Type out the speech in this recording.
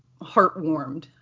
heartwarmed